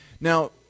Now